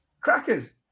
Crackers